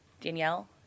Danielle